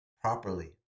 properly